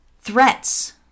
Threats